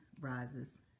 rises